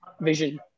vision